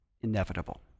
inevitable